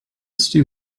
stew